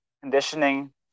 conditioning